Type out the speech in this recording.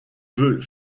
veux